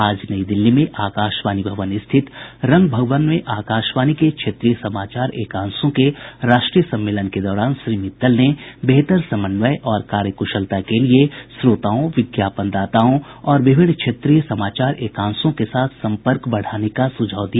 आज नई दिल्ली में आकाशवाणी भवन स्थित रंग भवन में आकाशवाणी के क्षेत्रीय समाचार एकांशों के राष्ट्रीय सम्मेलन के दौरान श्री मित्तल ने बेहतर समन्वय और कार्यक्शलता के लिए श्रोताओं विज्ञापनदाताओं और विभिन्न क्षेत्रीय समाचार एकांशों के साथ सम्पर्क बढ़ाने का सुझाव दिया